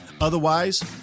Otherwise